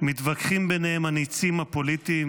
מתווכחים ביניהם הניצים הפוליטיים